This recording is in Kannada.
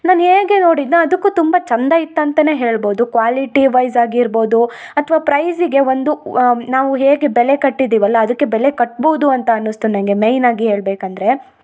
ನಾನು ಹೇಗೆ ನೋಡಿದ್ನೊ ಅದಕ್ಕು ತುಂಬ ಚೆಂದ ಇತ್ತು ಅಂತ ಹೇಳ್ಬೋದು ಕ್ವಾಲಿಟಿ ವೈಸ್ ಆಗಿರ್ಬೋದು ಅಥ್ವ ಪ್ರೈಸಿಗೆ ಒಂದು ವಾ ನಾವು ಹೇಗೆ ಬೆಲೆ ಕಟ್ಟಿದಿವಲ್ಲ ಅದಕ್ಕೆ ಬೆಲೆ ಕಟ್ಬೋದು ಅಂತ ಅನ್ನಿಸ್ತು ನನಗೆ ಮೇಯ್ನ್ ಆಗಿ ಹೇಳ್ಬೇಕು ಅಂದರೆ